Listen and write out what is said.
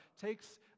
takes